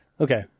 Okay